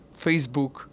Facebook